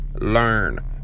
learn